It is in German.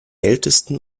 ältesten